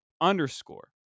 underscore